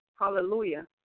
hallelujah